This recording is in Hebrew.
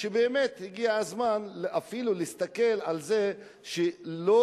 באמת הגיע הזמן אפילו להסתכל על זה שלא